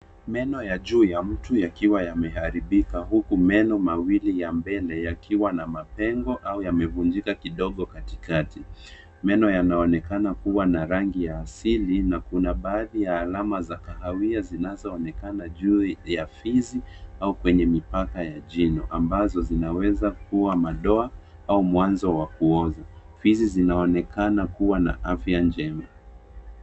Meno ya juu y amtu yakiwa yameharibika huku meno mawili ya mbele yakiwa na mapengo ama yamevunjika kidogo katikati. Meno yanaonekana kuwa na rangi ya asili, na kuna baadhi ya alama za kahawia zinazoonekana juu ya fizi au kwenye mipaka ya jino ambazo zinaweza kuwa madoa au mwanzo wa kuoza. Fizi zinaonekana kuwa na afya njema.